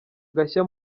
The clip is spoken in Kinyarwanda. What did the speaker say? gashya